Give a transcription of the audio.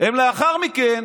לאחר מכן